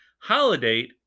Holiday